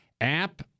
app